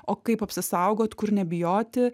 o kaip apsisaugot kur nebijoti